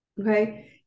Okay